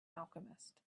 alchemist